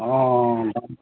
অঁ